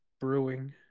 Brewing